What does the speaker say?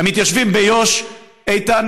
איתן,